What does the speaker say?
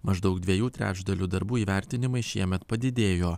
maždaug dviejų trečdalių darbų įvertinimai šiemet padidėjo